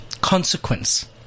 consequence